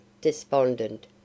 despondent